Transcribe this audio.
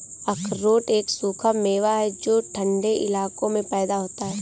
अखरोट एक सूखा मेवा है जो ठन्डे इलाकों में पैदा होता है